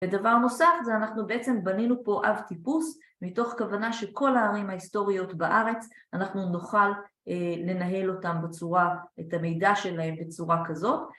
ודבר נוסף זה אנחנו בעצם בנינו פה אב טיפוס, מתוך כוונה שכל הערים ההיסטוריות בארץ, אנחנו נוכל לנהל אותם בצורה, את המידע שלהם בצורה כזאת